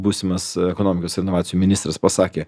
būsimas ekonomikos ir inovacijų ministras pasakė